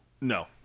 No